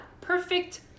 perfect